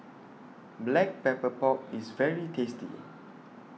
Black Pepper Pork IS very tasty